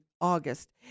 August